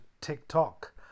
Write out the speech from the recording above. TikTok